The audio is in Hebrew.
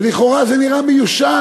ולכאורה זה נראה מיושן.